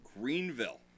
Greenville